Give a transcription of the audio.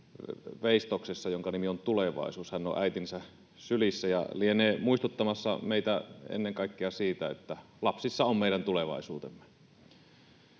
jonka nimi on Tulevaisuus. Hän on äitinsä sylissä ja lienee muistuttamassa meitä ennen kaikkea siitä, että lapsissa on meidän tulevaisuutemme.